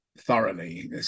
thoroughly